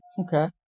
Okay